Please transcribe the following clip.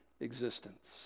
existence